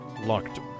Locked